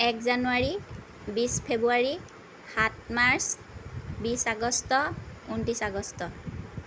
এক জানুৱাৰী বিছ ফেব্ৰুৱাৰী সাত মাৰ্চ বিছ আগষ্ট ঊনত্ৰিছ আগষ্ট